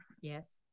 Yes